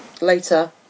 Later